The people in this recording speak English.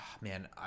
Man